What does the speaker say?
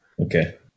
Okay